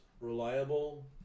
reliable